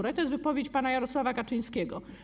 I to jest wypowiedź pana Jarosława Kaczyńskiego.